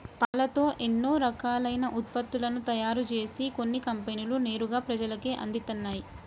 పాలతో ఎన్నో రకాలైన ఉత్పత్తులను తయారుజేసి కొన్ని కంపెనీలు నేరుగా ప్రజలకే అందిత్తన్నయ్